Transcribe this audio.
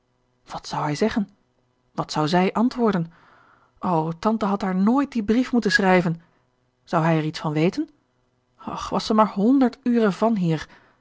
wat zou hij zeggen wat zou zij antwoorden o tante had haar nooit dien brief moeten schrijven zou hij er iets van weten och was zij maar honderd uren van hier